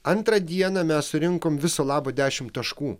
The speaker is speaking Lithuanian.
antrą dieną mes surinkom viso labo dešimt taškų